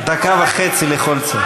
דקה וחצי לכל אחד.